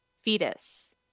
Fetus